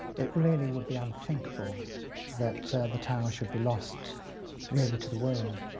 it really would be unthinkable that the tower should be lost really to the world.